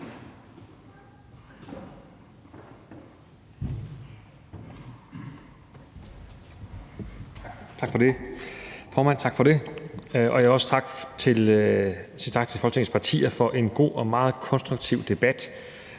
Tak for det,